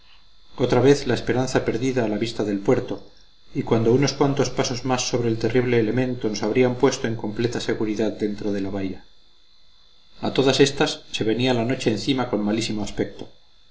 otra vez la esperanza perdida a la vista del puerto y cuando unos cuantos pasos más sobre el terrible elemento nos habrían puesto en completa seguridad dentro de la bahía a todas éstas se venía la noche encima con malísimo aspecto